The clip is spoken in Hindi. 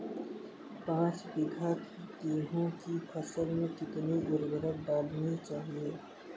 पाँच बीघा की गेहूँ की फसल में कितनी उर्वरक डालनी चाहिए?